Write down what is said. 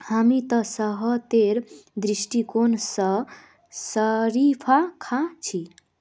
हामी त सेहतेर दृष्टिकोण स शरीफा खा छि